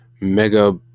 Mega